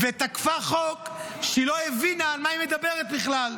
ותקפה חוק שהיא לא הבינה על מה היא מדברת בכלל.